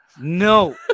No